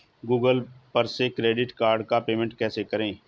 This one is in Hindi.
गूगल पर से क्रेडिट कार्ड का पेमेंट कैसे करें?